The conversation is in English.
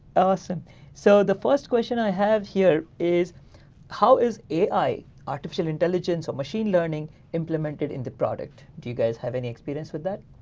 so the first question i have here is how is ai artificial intelligence or machine learning implemented in the product? do you guys have any experience with that?